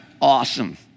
Awesome